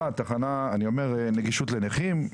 נגישות לנכים,